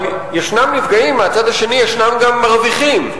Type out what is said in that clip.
אבל מהצד השני ישנם גם מרוויחים.